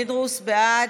פינדרוס, בעד.